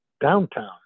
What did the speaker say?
downtown